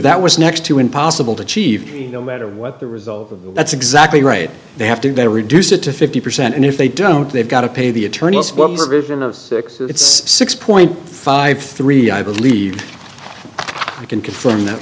that was next to impossible to achieve no matter what the result but that's exactly right they have to reduce it to fifty percent and if they don't they've got to pay the attorney it's six point five three i believe i can confirm that